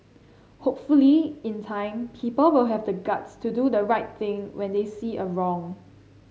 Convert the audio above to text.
hopefully in time people will have the guts to do the right thing when they see a wrong